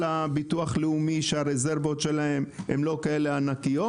הביטוח הלאומי שהרזרבות שלהם הן לא כאלה ענקיות,